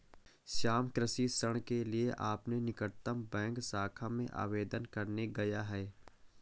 श्याम कृषि ऋण के लिए अपने निकटतम बैंक शाखा में आवेदन करने गया है